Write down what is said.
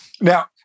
now